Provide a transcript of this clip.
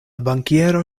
bankiero